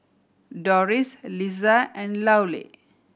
Doris Lissa and Louella